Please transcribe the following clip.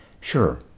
Sure